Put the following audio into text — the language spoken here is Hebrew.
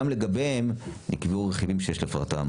גם לגביהם נקבעו רכיבים שיש לפרטם.